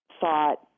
thought